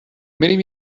میریم